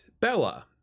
Bella